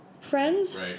friends